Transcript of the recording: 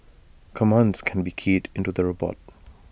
commands can be keyed into the robot